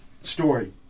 story